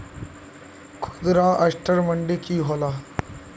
खुदरा असटर मंडी की होला?